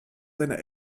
seiner